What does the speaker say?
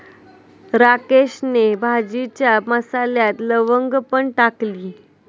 राकेशने भाजीच्या मसाल्यात लवंग पण टाकली